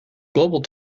global